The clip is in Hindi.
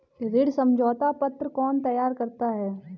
ऋण समझौता पत्र कौन तैयार करता है?